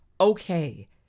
Okay